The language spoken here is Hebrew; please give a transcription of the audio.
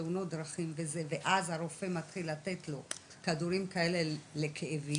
תאונות דרכים וזה ואז הרופא מתחיל לתת לו כדורים כאלה לכאבים,